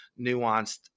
nuanced